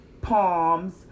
palms